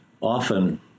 often